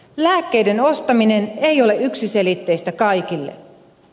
lääkkeiden ostaminen ei ole yksiselitteistä kaikille